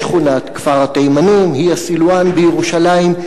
בשכונת כפר-התימנים, היא סילואן בירושלים.